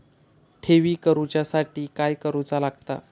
ठेवी करूच्या साठी काय करूचा लागता?